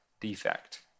defect